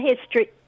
history